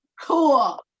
cool